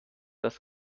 das